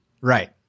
right